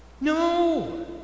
No